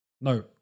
No